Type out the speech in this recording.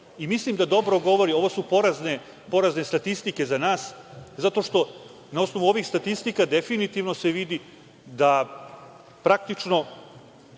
bitan. Mislim da dobro govori, ovo su porazne statistike za nas, zato što na osnovu ovih statistika definitivno se vidi da praktično